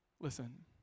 Listen